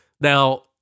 Now